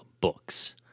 books